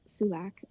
Sulak